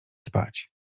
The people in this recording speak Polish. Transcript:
spać